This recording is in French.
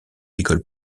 écoles